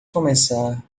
começar